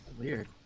Weird